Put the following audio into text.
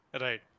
right